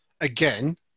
again